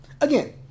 Again